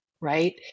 Right